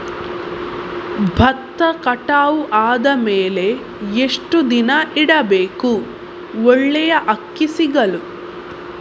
ಭತ್ತ ಕಟಾವು ಆದಮೇಲೆ ಎಷ್ಟು ದಿನ ಇಡಬೇಕು ಒಳ್ಳೆಯ ಅಕ್ಕಿ ಸಿಗಲು?